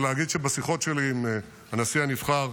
ולהגיד שבשיחות שלי עם הנשיא הנבחר